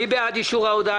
מי בעד אישור ההודעה?